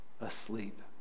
asleep